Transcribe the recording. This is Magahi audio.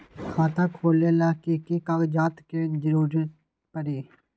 खाता खोले ला कि कि कागजात के जरूरत परी?